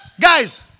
Guys